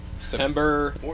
September